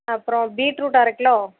அப்பறம் பீட்ரூட் அரை கிலோ